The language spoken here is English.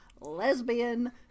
Lesbian